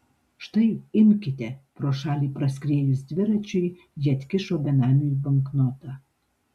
štai imkite pro šalį praskriejus dviračiui ji atkišo benamiui banknotą